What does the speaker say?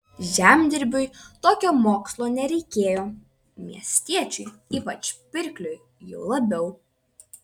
žemdirbiui tokio mokslo nereikėjo miestiečiui ypač pirkliui jau labiau